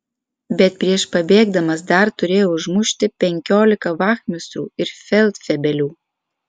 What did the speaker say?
bet prieš pabėgdamas dar turėjau užmušti penkiolika vachmistrų ir feldfebelių